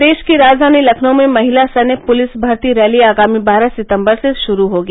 प्रदेश की राजधानी लखनऊ में महिला सैन्य पुलिस भर्ती रैली आगामी बारह सितम्बर से शुरू होगी